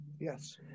Yes